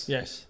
Yes